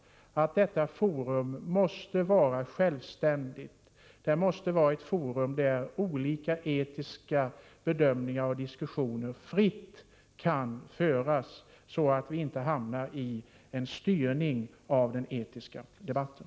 Det forum som vi föreslår måste vara självständigt. Det måste vara ett forum där olika etiska bedömningar fritt kan föras fram, så att vi inte hamnar i en situation med en styrning av den etiska debatten.